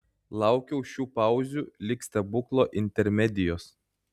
laukiau šių pauzių lyg stebuklo intermedijos